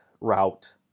route